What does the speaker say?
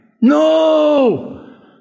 no